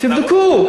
תבדקו.